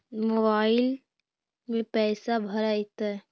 Mobile में पैसा भरैतैय?